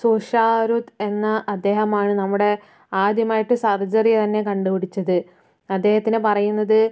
സുഷാരുത്ത് എന്ന അദ്ദേഹമാണ് നമ്മുടെ ആദ്യമായിട്ട് സർജറി തന്നെ കണ്ടുപിടിച്ചത് അദ്ദേഹത്തിനെ പറയുന്നത്